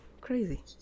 Crazy